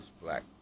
black